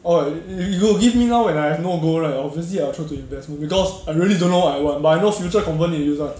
orh if you give me now when I have no goal right I obviously I will throw to investment because I really don't know what I want but I know future confirm need to use [one]